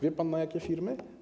Wie pan na jakie firmy?